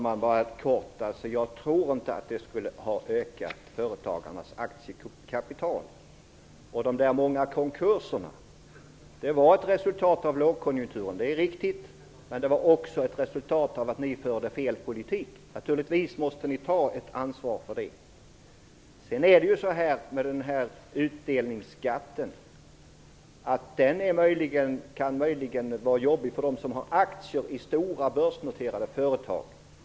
Fru talman! Jag tror inte att detta skulle ha ökat företagarnas aktiekapital. De många konkurserna var ett resultat av lågkonjunkturen, det är riktigt, men det var också ett resultat av att ni förde fel politik. Naturligtvis måste ni ta ett ansvar för det. Den här utdelningsskatten kan möjligen vara jobbig för dem som har aktier i stora, börsnoterade företag.